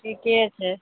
ठीके छै